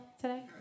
today